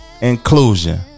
Inclusion